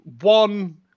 one